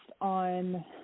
on